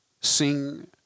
sing